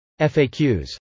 FAQs